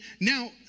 now